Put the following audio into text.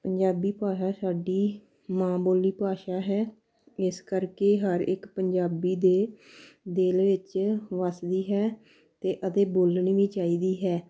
ਪੰਜਾਬੀ ਭਾਸ਼ਾ ਸਾਡੀ ਮਾਂ ਬੋਲੀ ਭਾਸ਼ਾ ਹੈ ਇਸ ਕਰਕੇ ਹਰ ਇੱਕ ਪੰਜਾਬੀ ਦੇ ਦਿਲ ਵਿੱਚ ਵੱਸਦੀ ਹੈ ਅਤੇ ਅਤੇ ਬੋਲਣੀ ਵੀ ਚਾਹੀਦੀ ਹੈ